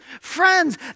friends